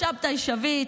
שבתי שביט,